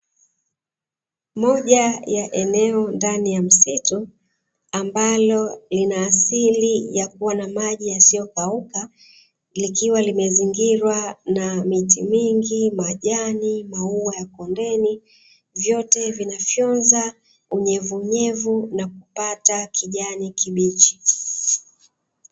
Moja ya eneo ndani ya msitu ambalo lina asili ya kuwa na maji yasiokauka, likiwa limezingrwa na miti mingi, majani, maua ya kondeni. Vyote vinafyonxa unyevuyevu na kupata kijani kibichi.